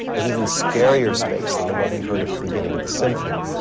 an even scarier space than the one we heard at the beginning of the symphony.